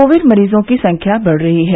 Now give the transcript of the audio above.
Covid मरीजों की संख्या बढ़ रही है